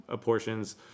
portions